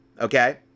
Okay